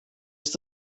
ist